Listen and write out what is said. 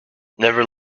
never